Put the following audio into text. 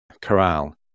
corral